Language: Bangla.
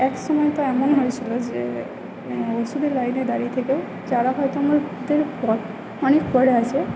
এক সময় তো এমন হয়েছিল যে ওষুধের লাইনে দাঁড়িয়ে থেকেও যারা হয়ত আমরা পর অনেক পরে আছে